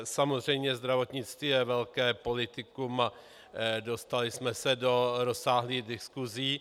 Samozřejmě zdravotnictví je velké politikum a dostali jsme se do rozsáhlých diskusí.